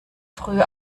früh